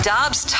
Dobbs